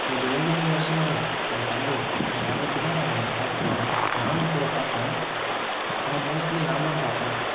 ஒரு ரெண்டு மூணு வருடமாவே என் என் தங்கை என் தங்கச்சி தான் பார்த்துட்டு வரா நானும் கூட பார்ப்பேன் ஆனால் மோஸ்ட்லி நான்தான் பார்ப்பேன்